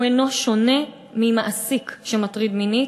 הוא אינו שונה ממעסיק שמטריד מינית.